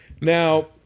Now